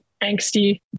angsty